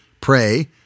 pray